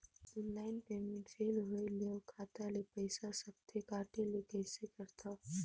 Online payment fail होय ले अउ खाता ले पईसा सकथे कटे ले कइसे करथव?